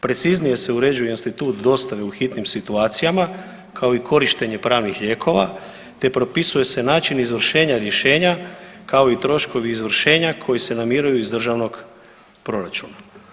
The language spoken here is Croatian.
Preciznije se uređuje institut dostave u hitnim situacijama, kao i korištenje pravnih lijekova, te propisuje se način izvršenja rješenja, kao i troškovi izvršenja koji se namiruju iz državnog proračuna.